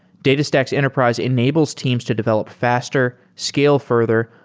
datastax enterprise enables teams to develop faster, scale further,